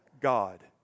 God